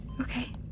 Okay